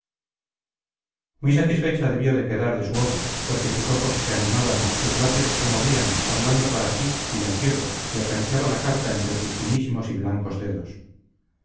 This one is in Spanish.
muy satisfecha debió de quedar de su obra porque sus ojos se animaban sus labios se movían hablando para sí silenciosos y acariciaba la carta entre sus finísimos y blancos dedos